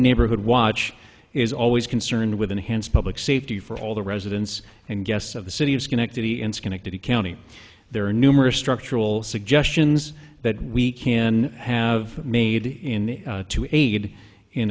neighborhood watch is always concerned with enhanced public safety for all the residents and guests of the city of schenectady in schenectady county there are numerous structural suggestions that we can have made in to aid